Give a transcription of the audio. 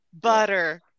butter